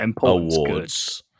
awards